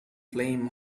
flame